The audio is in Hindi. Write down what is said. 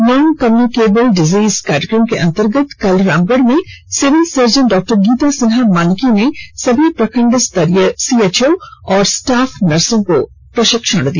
नन कम्युनिकेबल डिसीज कार्यक्रम के अंतर्गत कल रामगढ़ में civil surgeon doctor Geeta Sinha Manki ने सभी प्रखंड स्तरीय सीएचओ और स्टाफ नर्स को प्रशिक्षण दिया